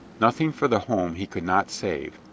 noth ing for the home he could not save.